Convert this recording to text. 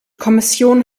kommission